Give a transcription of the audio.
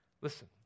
Listen